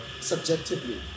subjectively